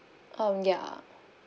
um ya